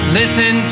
listen